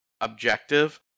objective